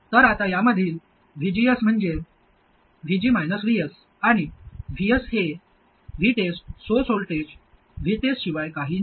तर आता यामधील VGS म्हणजे VG VS आणि VS हे VTEST सोर्स व्होल्टेज VTEST शिवाय काही नाही